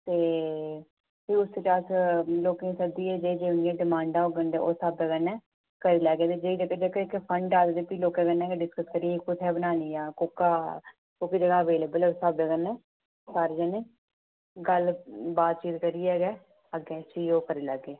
ते भी उसलै अस लोकें गी सद्दियै जे जे उंदियां डिमांडां होङन ते उस स्हाबै कन्नै करी लैह्गे ते जे जेह्के जेह्के फंड आए ते भी लोकें कन्नै गै डिस्कस करियै जे कुत्थै बनानी ऐ जां कोह्का कोह्की जगह् अवेलेबल ऐ उस स्हाबै कन्नै सारें कन्नै बातचीत करियै गै अग्गे इसी ओह् करी लैग्गे